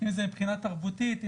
אם זה מבחינה תרבותית,